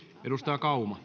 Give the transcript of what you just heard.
arvoisa puhemies